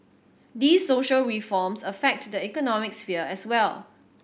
these social reforms affect the economic sphere as well